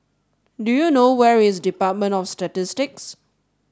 do you know where is Department of Statistics